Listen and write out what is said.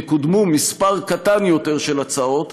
יקודם מספר קטן יותר של הצעות,